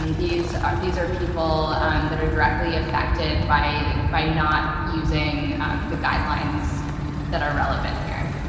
um these are these are people um that are directly affected by by not using the guidelines that are relevant here.